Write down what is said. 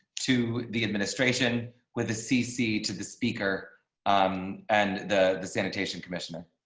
to the administration with a cc to the speaker um and the the sanitation, commissioner.